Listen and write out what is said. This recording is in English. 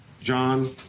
John